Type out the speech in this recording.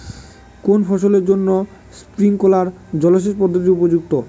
কোন ফসলের জন্য স্প্রিংকলার জলসেচ পদ্ধতি উপযুক্ত?